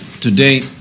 today